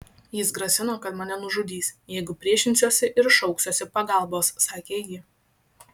jis grasino kad mane nužudys jeigu priešinsiuosi ir šauksiuosi pagalbos sakė ji